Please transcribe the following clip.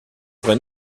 vrai